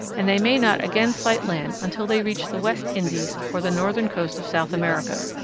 and they may not again sight land until they reach the west indies or the northern coast of south america.